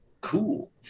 cool